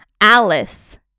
Alice